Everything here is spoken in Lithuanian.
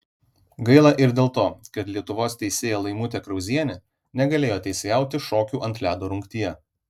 gaila ir dėl to kad lietuvos teisėja laimutė krauzienė negalėjo teisėjauti šokių ant ledo rungtyje